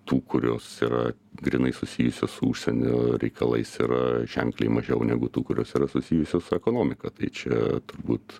tų kurios yra grynai susijusios su užsienio reikalais yra ženkliai mažiau negu tų kurios yra susijusios su ekonomika tai čia turbūt